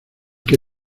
que